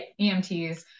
EMTs